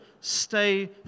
stay